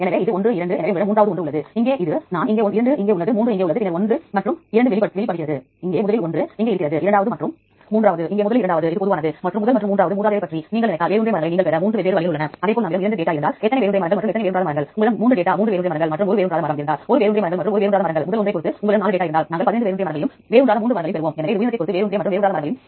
எனவே இந்த விருப்பத்தில் நீங்கள் என்ன கொடுக்க முடியும் என்பது ஒரு டேட்டா பேஸில் இருந்து ஒரு அடையாளம் காட்டிக் கொடுக்கவும் மற்றும் மற்ற டேட்டா பேஸில் இருந்து டேட்டாவை அடையாளம் காணவும் முடியும்